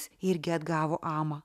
irgi atgavo amą